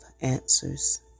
answers